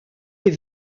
est